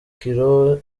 ikora